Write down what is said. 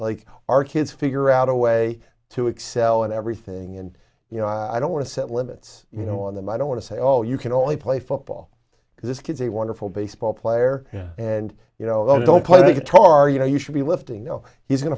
like our kids figure out a way to excel in everything and you know i don't want to set limits you know on them i don't want to say oh you can only play football because this kid's a wonderful baseball player and you know they'll play guitar you know you should be lifting no he's going